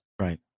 Right